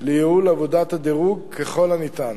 לייעול עבודת הדירוג ככל הניתן.